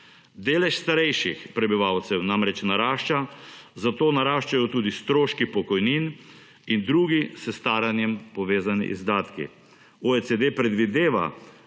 Delež starejših prebivalcev namreč narašča, zato naraščajo tudi stroški pokojnin in drugi s staranjem povezani izdatki. OECD predvideva,